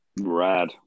rad